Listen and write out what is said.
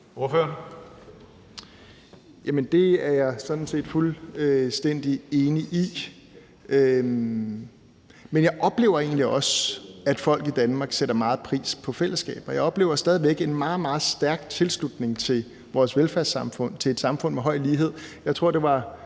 Det er jeg sådan set fuldstændig enig i. Men jeg oplever egentlig også, at folk i Danmark sætter meget pris på fællesskabet, og jeg oplever stadig væk en meget, meget stærk tilslutning til vores velfærdssamfund, til et samfund med høj lighed.